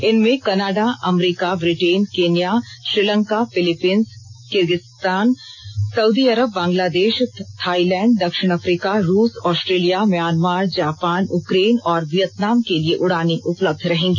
इनमें Canada America Britain Kenya Sri Lanka Philippines Kyrgyzstan Saudi Arab Bangladesh Thailand दक्षिण Africa रूस Australia Myanmar Japan Ukraine और Vietnam के लिए उडानें उपलब्ध रहेंगी